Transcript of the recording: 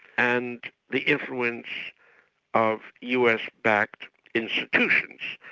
and the influence of us-backed institutions.